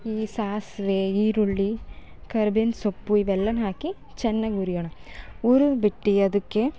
ಈ ಸಾಸಿವೆ ಈರುಳ್ಳಿ ಕರ್ಬೇವಿನ ಸೊಪ್ಪು ಇವೆಲ್ಲ ಹಾಕಿ ಚನ್ನಾಗಿ ಹುರಿಯೋಣ ಹುರುದ್ಬಿಟ್ಟು ಅದಕ್ಕೆ